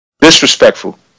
Disrespectful